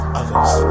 others